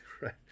Right